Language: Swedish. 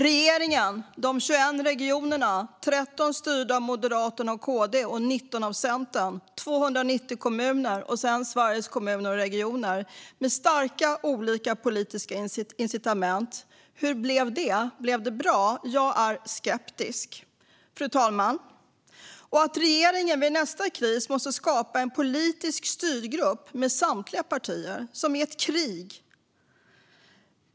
Regeringen, de 21 regionerna - varav 13 styrda av Moderaterna och Kristdemokraterna och 19 av Centerpartiet - 290 kommuner och Sveriges Kommuner och Regioner med starka olika politiska incitament - hur blev det? Blev det bra? Jag är skeptisk. Vid nästa kris måste regeringen skapa en politisk styrgrupp med samtliga partier, som i ett krig.